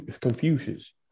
Confucius